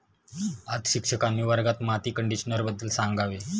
आज शिक्षकांनी वर्गात माती कंडिशनरबद्दल सांगावे